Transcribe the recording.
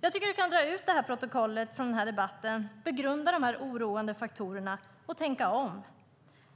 Jag tycker att du kan dra ut protokollet från den här debatten, begrunda de oroande faktorerna och tänka om.